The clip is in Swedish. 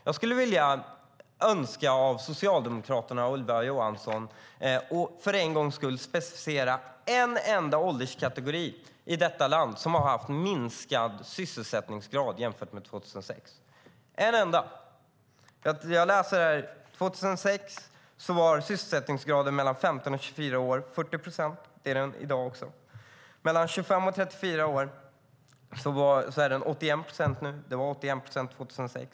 Jag önskar att Socialdemokraterna och Ylva Johansson för en gångs skull kunde specificera en enda ålderskategori i detta land som har haft en minskad sysselsättningsgrad jämfört med 2006. Jag läser här. År 2006 var sysselsättningsgraden för dem mellan 15 och 24 år 40 procent. Det är den i dag också. För dem mellan 25 och 34 år är den 81 procent nu. Den var 81 procent 2006.